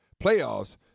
playoffs